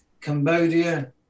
Cambodia